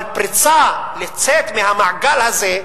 אבל פריצה, לצאת מהמעגל הזה,